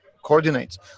coordinates